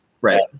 Right